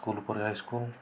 school ପରେ high school